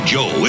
Joe